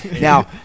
now